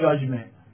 judgment